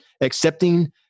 accepting